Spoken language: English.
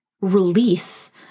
release